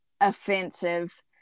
offensive